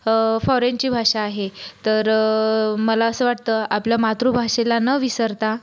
फोरेनची भाषा आहे तर मला असं वाटतं आपल्या मातृभाषेला न विसरता